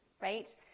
Right